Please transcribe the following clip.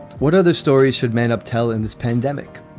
what other stories should man up tell in this pandemic?